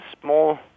small